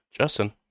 Justin